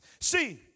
See